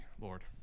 Lord